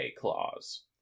clause